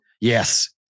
Yes